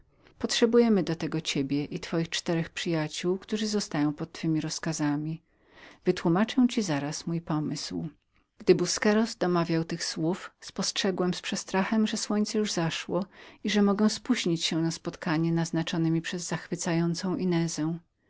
miejscemiejsc do tego potrzebuję ciebie i czterech uczniów którzy zostają pod twemi rozkazami wytłumaczę ci mój zamiar gdy busqueros domawiał tych słów spostrzegłem z przestrachem że słońce już zaszło i że mogłem opoźnić się na schadzkę naznaczoną mi przez zachwycającą inezę